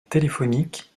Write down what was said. téléphonique